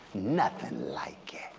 nothing like